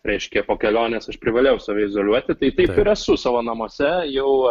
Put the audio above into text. reiškia po kelionės aš privalėjau save izoliuoti tai taip ir esu savo namuose jau